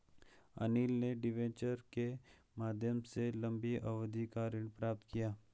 अनिल ने डिबेंचर के माध्यम से लंबी अवधि का ऋण प्राप्त किया